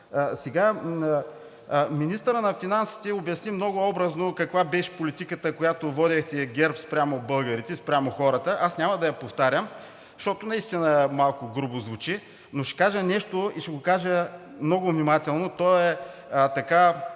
Министърът на финансите обясни много образно каква беше политиката, която водехте ГЕРБ спрямо българите, спрямо хората. Аз няма да я повтарям, защото наистина малко грубо звучи, но ще кажа нещо. И ще го кажа много внимателно, искам